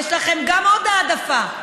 יש לכם עוד העדפה,